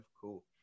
cool